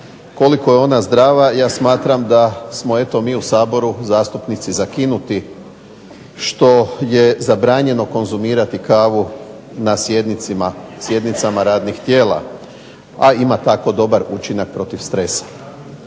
koliko je ona zdrava ja smatram da smo mi u Saboru zastupnici zakinuti što je zabranjeno konzumirati kavu na sjednicama radnih tijela, a ima tako dobar učinak protiv stresa.